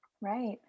Right